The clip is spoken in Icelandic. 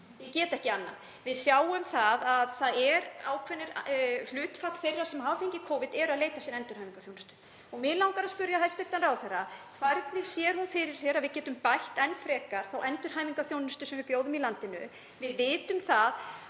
ég get ekki annað. Við sjáum að ákveðið hlutfall þeirra sem hafa fengið Covid er að leita sér endurhæfinguþjónustu. Mig langar að spyrja hæstv. ráðherra: Hvernig sér hún fyrir sér að við getum bætt enn frekar þá endurhæfingarþjónustu sem við bjóðum í landinu? Við vitum að